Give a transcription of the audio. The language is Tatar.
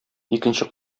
икенче